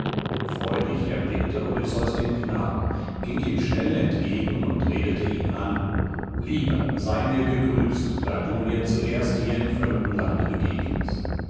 freudig erblickte odysseus den knaben ging ihm schnell entgegen und redete ihn an lieber sei mir gegrüßt da du mir zuerst hier im fremden lande begegnest